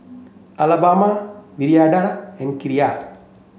Alabama Viridiana and Kiya